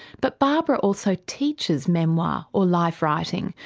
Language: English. but barbara also teaches memoir or life writing,